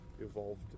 evolved